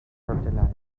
fertilizer